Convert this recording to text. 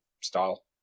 style